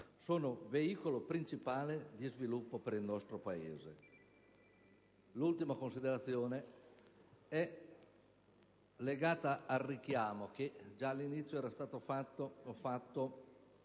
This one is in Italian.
- è veicolo principale di sviluppo per il nostro Paese. L'ultima considerazione è legata al richiamo che all'inizio avevo fatto